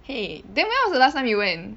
!hey! then when was the last time you went